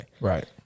Right